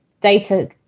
Data